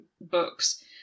books